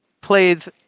plays